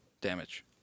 damage